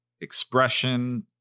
expression